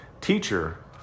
Teacher